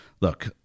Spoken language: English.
look